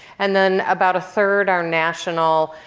and then about a third are national,